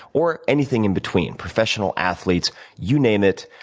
or anything in between, professional athletes you name it,